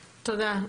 תודה.